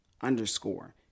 underscore